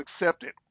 accepted